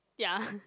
yeah